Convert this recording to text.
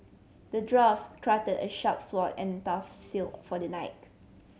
the dwarf crafted a sharp sword and a tough shield for the knight